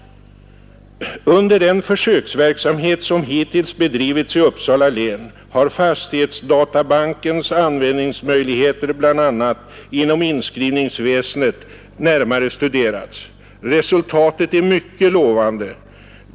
Under den försöksverksamhet som hittills bedrivits i Uppsala län har fastighetsdatabankens användningsmöjligheter bl.a. inom inskrivningsväsendet närmare studerats. Resultaten är mycket lovande.